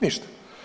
Ništa.